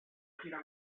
gira